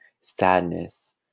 sadness